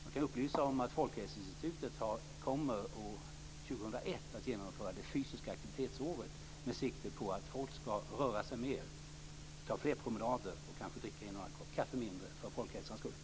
Jag kan upplysa om att Folkhälsoinstitutet år 2001 kommer att genomföra det fysiska aktivitetsåret med sikte på att folk ska röra sig mer - ta fler promenader och kanske, för folkhälsans skull, dricka en eller annan kopp kaffe mindre.